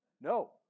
No